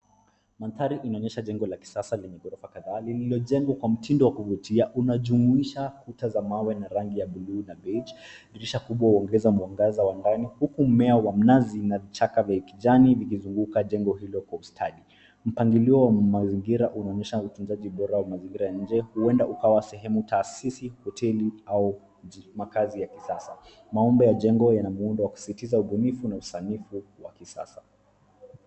Mandhari inaonyesha jengo la kisasa lenye ghorofa kadhaa lililojengwa kwa mtindo wa kuvutia. Unajumuisha kuta za mawe na rangi ya buluu na biege. Dirisha kubwa huongeza mwangaza wa ndani huku mmea wa mnazi na vichaka vya kijani ukizunguka jengo hilo kwa ustadi. Mpangilio wa mazingira unaonyesha utunzaji bora wa mazingira ya nje huenda ukawa sehemu tasisi, hoteli au makazi ya kisasa. Maombo ya jengo yana muundo wa kusisitiza ubunifu na usanifu wa kisasa.